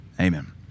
Amen